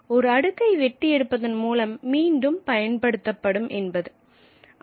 ஒரு அடுக்கை வெட்டி எடுப்பதன் மூலம் மீண்டும் பயன்படுத்தப்படும் என்று கூறலாம்